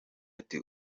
ati